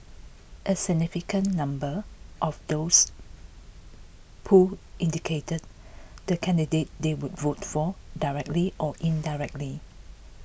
a significant number of those polled indicated the candidate they would vote for directly or indirectly